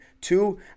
Two